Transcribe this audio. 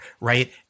Right